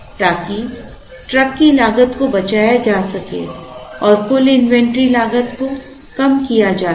ताकि ट्रक की लागत को बचाया जा सके और कुल इन्वेंट्री लागत को कम किया जा सके